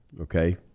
Okay